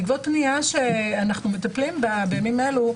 בעקבות פנייה שאנחנו מטפלים בה בימים אלו,